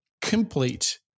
complete